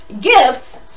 gifts